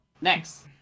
Next